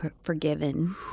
forgiven